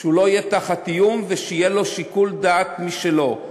שהוא לא יהיה תחת איום, ושיהיה לו שיקול דעת משלו.